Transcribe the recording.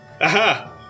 Aha